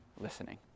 listening